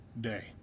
day